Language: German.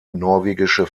norwegische